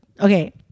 okay